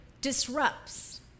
disrupts